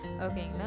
Okay